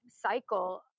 cycle